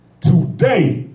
today